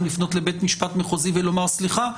לפנות לבית משפט מחוזי ולומר: סליחה,